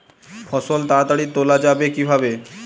ফসল তাড়াতাড়ি তোলা যাবে কিভাবে?